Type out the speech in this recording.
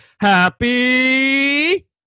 Happy